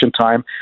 time